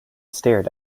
stared